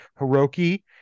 Hiroki